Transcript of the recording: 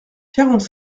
quarante